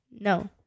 no